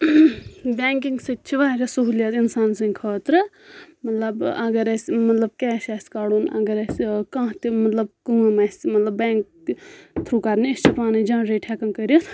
banking سۭتۍ چھِ واریاہ سہوٗلیت اِنسان سٕنٛدۍ خٲطرٕ مطلب اگر أسۍ مطلب کیاہ چھُ آسہِ کَڑُن اگر اَسہِ کانٛہہ تہِ مطلب کٲم آسہِ مطلب بینٛک تہِ تھرٛوٗ کَرٕنۍ أسۍ چھِ پانے جَینریٹ ہؠکَان کٔرِتھ